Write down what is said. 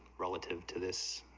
relative to this,